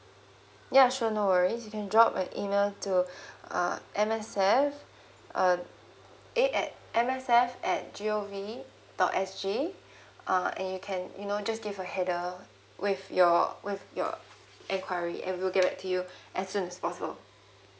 ya sure no worries you can drop a email to uh M_S_F uh eh at M_S_F at G OV dot S G uh and you can you know just give a header with your with your enquiry and we'll get back to you as soon as possible